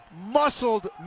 muscled